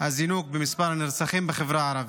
הזינוק במספר נרצחים בחברה הערבית.